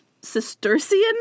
Cistercian